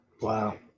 Wow